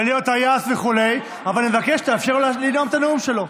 להיות טייס וכו' אבל אני מבקש שתאפשר לו לנאום את הנאום שלו.